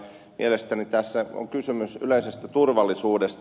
mielestäni tässä on kysymys yleisestä turvallisuudesta